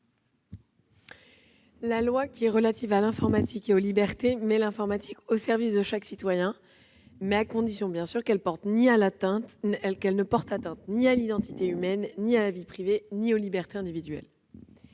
du Gouvernement ? La loi Informatique et libertés met l'informatique au service de chaque citoyen, à condition, bien sûr, qu'elle ne porte atteinte ni à l'identité humaine, ni à la vie privée, ni aux libertés individuelles.